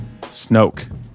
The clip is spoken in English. Snoke